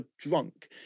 drunk